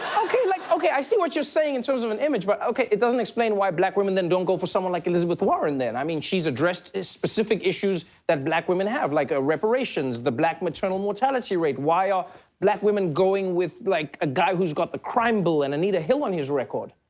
okay, like okay, i see what you're saying, in terms of an image, but, okay, it doesn't explain why black women then don't go for someone like elizabeth warren then. i mean she's addressed specific issues that black women have like ah reparations, the black maternal mortality rate. why are black women going with, like, a guy who's got the crime bull and anita hill on his record?